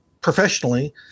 professionally